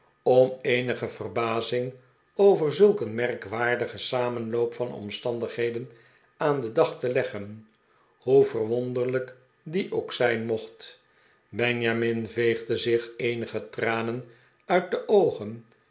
om eenige verbazing over zulk een merkwaardigen samenloop van omstandigheden aan den dag te leggen hoe verwonderlijk die ook zijn mocht benjamin veegde zich eenige tranen uit de oogen